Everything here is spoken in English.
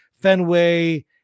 Fenway